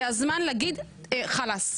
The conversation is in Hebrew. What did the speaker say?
זה הזמן להגיד חאלס,